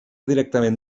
directament